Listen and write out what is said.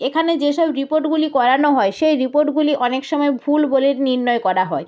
এখানে যেসব রিপোর্টগুলি করানো হয় সেই রিপোর্টগুলি অনেক সময় ভুল বলে নির্ণয় করা হয়